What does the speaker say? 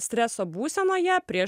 streso būsenoje prieš